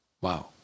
Wow